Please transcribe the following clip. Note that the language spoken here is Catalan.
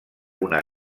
una